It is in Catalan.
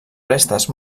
restes